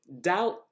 doubt